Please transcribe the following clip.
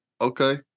Okay